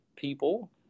people